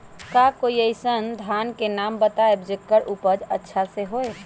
का कोई अइसन धान के नाम बताएब जेकर उपज अच्छा से होय?